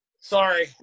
Sorry